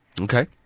Okay